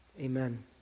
Amen